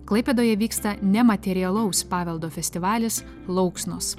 klaipėdoje vyksta nematerialaus paveldo festivalis lauksnos